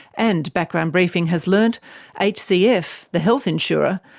and background briefing has learnt hcf, the health insurer,